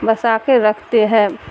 بسا کے رکھتے ہیں